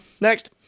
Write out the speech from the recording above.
Next